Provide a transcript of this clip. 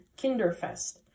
Kinderfest